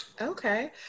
Okay